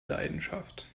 leidenschaft